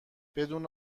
بدون